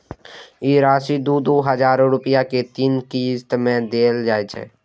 ई राशि दू दू हजार रुपया के तीन किस्त मे देल जाइ छै